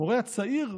למורה הצעיר,